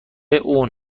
اون